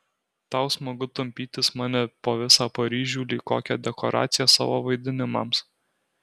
tau smagu tampytis mane po visą paryžių lyg kokią dekoraciją savo vaidinimams